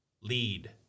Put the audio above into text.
lead